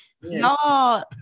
y'all